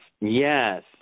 Yes